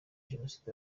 jenoside